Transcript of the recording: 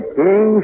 king